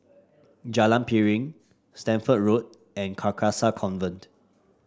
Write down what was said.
Jalan Piring Stamford Road and Carcasa Convent